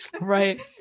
Right